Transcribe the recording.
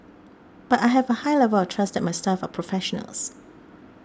but I have a high level of trust that my staff are professionals